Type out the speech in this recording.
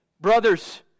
Brothers